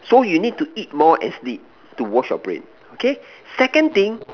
so you need to eat more and sleep to wash your brain K second thing